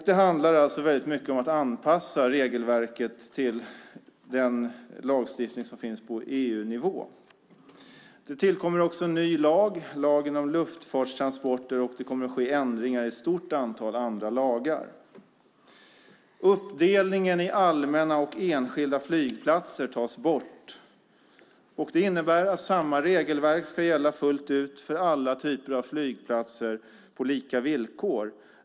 Det handlar alltså väldigt mycket om att anpassa regelverket till den lagstiftning som finns på EU-nivå. Det tillkommer också en ny lag, lagen om luftfartstransporter, och det kommer att ske ändringar i ett stort antal andra lagar. Uppdelningen i allmänna och enskilda flygplatser tas bort. Det innebär att samma regelverk ska gälla fullt ut för alla typer av flygplatser på lika villkor.